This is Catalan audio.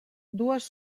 dues